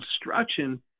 instruction